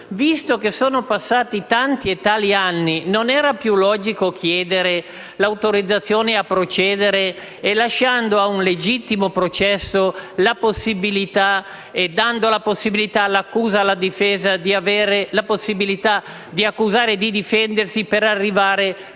Visto che sono passati tanti e tali anni, non era più logico chiedere l'autorizzazione a procedere, lasciando spazio a un legittimo processo e dando all'accusa e alla difesa la possibilità di accusare e di difendersi, per arrivare